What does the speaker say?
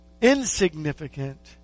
insignificant